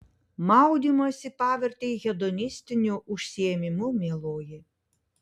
maudymąsi pavertei hedonistiniu užsiėmimu mieloji